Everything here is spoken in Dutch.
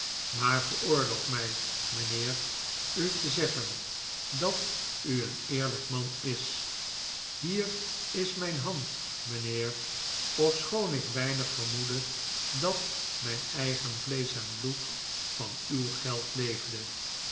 maar veroorloof mij mijnheer u te zeggen dat u een eerlijk man is hier is mijn hand mijnheer ofschoon ik weinig vermoedde dat mijn eigen vleesch en bloed van uw geld leefde